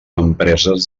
empreses